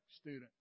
student